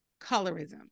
colorism